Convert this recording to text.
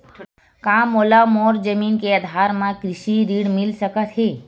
का मोला मोर जमीन के आधार म कृषि ऋण मिल सकत हे?